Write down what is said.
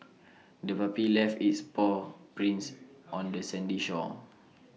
the puppy left its paw prints on the sandy shore